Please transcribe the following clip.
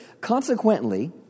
Consequently